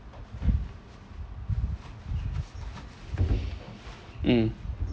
mm